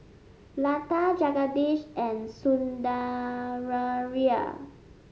Lata Jagadish and Sundaraiah